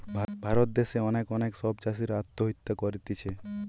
ভারত দ্যাশে অনেক অনেক সব চাষীরা আত্মহত্যা করতিছে